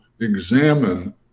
examine